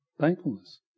Thankfulness